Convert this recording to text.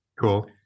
Cool